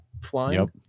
Flying